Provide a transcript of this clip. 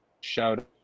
shout